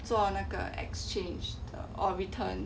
做那个 exchange or return